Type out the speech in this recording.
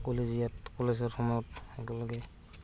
college ইয়াত কলেজৰ সময়ত একেলগে